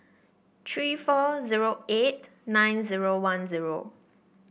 three four zero eight nine zero one zero